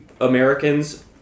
Americans